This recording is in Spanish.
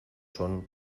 son